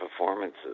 performances